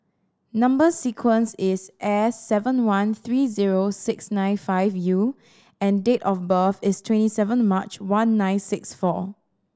number sequence is S seven one three zero six nine five U and date of birth is twenty seven March one nine six four